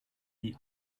die